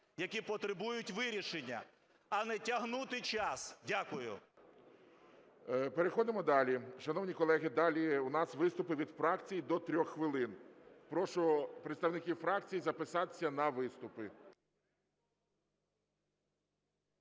які потребують вирішення, а не тягнути час. Дякую. ГОЛОВУЮЧИЙ. Переходимо далі. Шановні колеги, далі у нас виступи від фракцій до трьох хвилин. Прошу представників фракцій записатися на виступи.